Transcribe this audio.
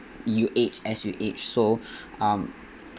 you age as you age so um